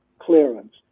clearance